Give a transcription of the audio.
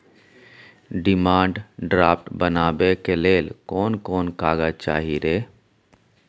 Demand draft बनाबैक लेल कोन कोन कागज चाही रे?